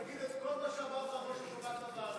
תגיד את כל מה שאמרת על ראש השב"כ בוועדה.